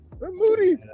moody